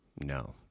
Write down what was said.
No